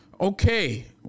Okay